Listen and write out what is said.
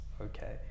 okay